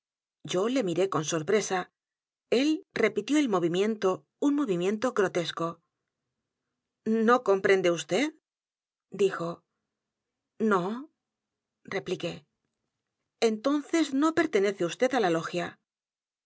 yo le miré con sorpresa el repitió el movimiento un movimiento grotesco n o comprende vd dijo no repliqué entonces no pertenece vd a la logia